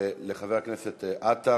לחבר הכנסת עטר.